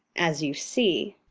as you see.